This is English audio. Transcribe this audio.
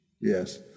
Yes